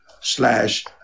slash